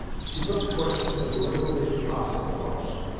she put the question as literally as possible, however,